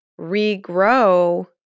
regrow